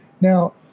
Now